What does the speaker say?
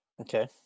Okay